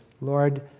Lord